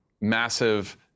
massive